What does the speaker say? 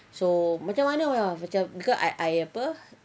so macam mana ah because I I apa